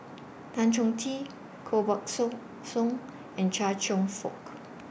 Tan Chong Tee Koh Buck Song Song and Chia Cheong Fook